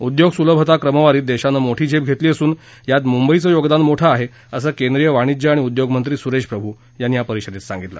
उदयोग सुलभता क्रमवारीत देशानं मोठी झेप घेतली असून यात मुंबईचं योगदान मोठं आहे असं केंद्रीय वाणिज्य आणि उद्योगमंत्री सुरेश प्रभु यांनी या परिषदेत सांगितलं